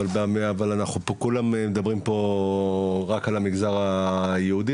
אבל אנחנו מדברים פה רק על המגזר היהודי,